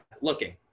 looking